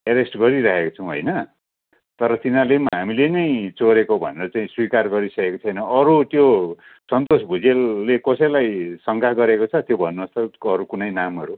arrest गरिरहेका छौँ होइन तर तिनीहरूले पनि हामीले नै चोरेको भनेर चाहिँ स्वीकार गरिसकेको छैन अरू त्यो सन्तोष भुजेलले कसैलाई शङ्का गरेको छ त्यो भन्नुहोस् त अरू कुनै नामहरू